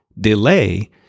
delay